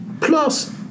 plus